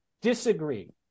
disagree